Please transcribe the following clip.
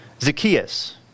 Zacchaeus